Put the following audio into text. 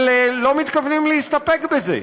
אבל לא מתכוונים להסתפק בזה,